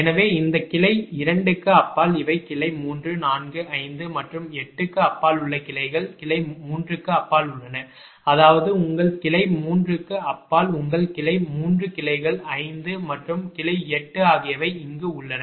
எனவே இந்த கிளை 2 க்கு அப்பால் இவை கிளை 3 4 5 மற்றும் 8 க்கு அப்பால் உள்ள கிளைகள் கிளை 3 க்கு அப்பால் உள்ளன அதாவது உங்கள் கிளை 3 க்கு அப்பால் உங்கள் கிளை 3 கிளைகள் 5 மற்றும் கிளை 8 ஆகியவை இங்கு உள்ளன